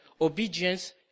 Obedience